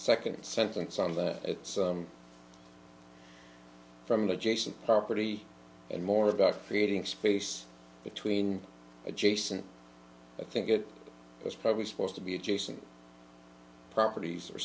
second sentence on the at some from the adjacent property and more about creating space between adjacent i think it was probably supposed to be adjacent properties or